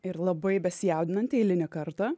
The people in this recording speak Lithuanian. ir labai besijaudinanti eilinį kartą